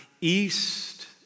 east